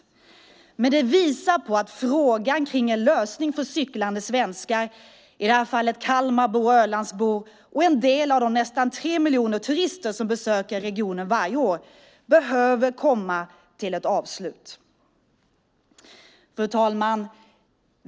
Det visar dock på att frågan kring en lösning för cyklande svenskar, i det här fallet Kalmarbor och Ölandsbor och en del av de nästan tre miljoner turister som besöker regionen varje år, behöver komma till ett avslut. Fru talman!